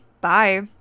bye